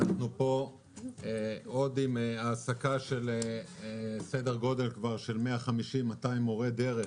יש פה העסקה של סדר גודל של 150 200 מורי דרך